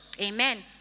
Amen